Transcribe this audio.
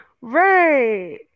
Right